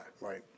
right